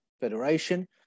Federation